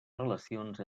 relacions